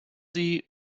sie